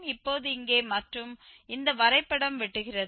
இப்போது இங்கே மற்றும் இந்த வரைபடம் வெட்டுகிறது